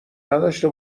نداشته